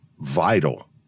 vital